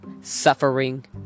suffering